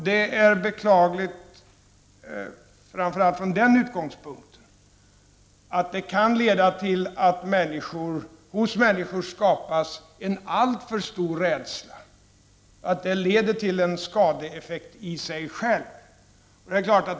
Det är beklagligt, framför allt på grund av att det kan leda till att det hos människor skapas en alltför stor rädsla som ger skadlig effekt i sig själv.